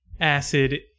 acid